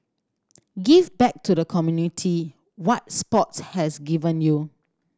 give back to the community what sports has given you